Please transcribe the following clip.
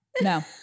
no